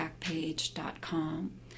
backpage.com